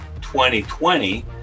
2020